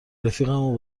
رفیقمو